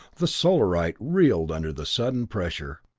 the solarite reeled under the sudden pressure,